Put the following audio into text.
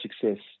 success